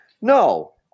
No